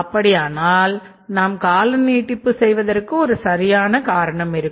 அப்படியானால் நாம் காலநீட்டிப்பு செய்வதற்கு ஒரு சரியான காரணம் இருக்கும்